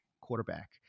quarterback